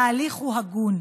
וההליך הוא הגון.